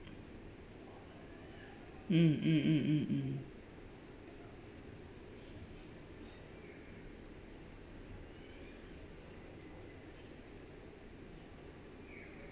mm mm mm mm mm